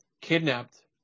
kidnapped